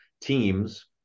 teams